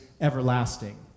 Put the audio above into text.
everlasting